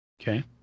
Okay